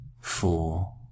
Four